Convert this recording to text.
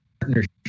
Partnership